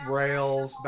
rails